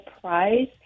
price